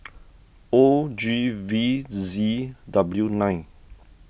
O G V Z W nine